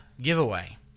giveaway